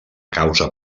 causa